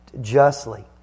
justly